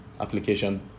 application